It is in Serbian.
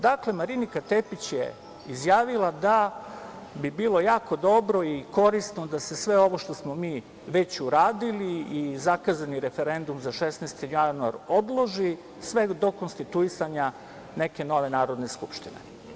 Dakle, Marinika Tepić je izjavila da bi bilo jako dobro i korisno da se sve ovo što smo mi već uradili i zakazani referendum za 16. januar odloži, sve do konstituisanja neke nove Narodne skupštine.